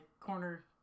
corner